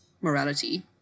morality